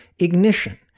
Ignition